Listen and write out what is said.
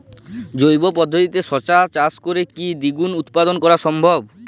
জৈব পদ্ধতিতে শশা চাষ করে কি দ্বিগুণ উৎপাদন করা সম্ভব?